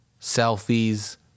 selfies